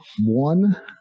One